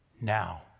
now